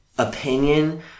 opinion